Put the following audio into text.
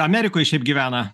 amerikoj šiaip gyvena